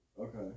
Okay